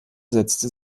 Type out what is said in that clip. setzte